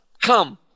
come